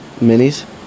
minis